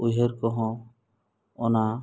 ᱩᱭᱦᱟᱹᱨ ᱠᱚᱦᱚᱸ ᱚᱱᱟ